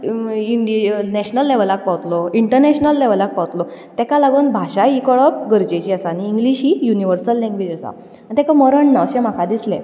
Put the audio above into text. national लॅव्हलाक पावतलो international लॅव्हलाक पावतलो ताका लागून भाशा ही कळप गरजेची आसा आनी इंग्लीश ही युनिवर्सल लॅंगवेज आसा आनी ताका मरण ना अशें म्हाका दिसलें